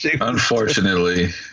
Unfortunately